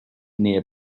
near